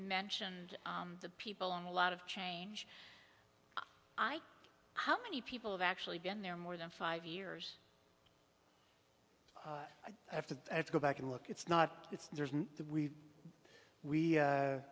mentioned the people in a lot of change i how many people have actually been there more than five years i'd have to go back and look it's not it's the we we we